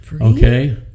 Okay